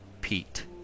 Pete